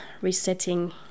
resetting